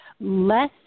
Less